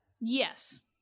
Yes